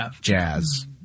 jazz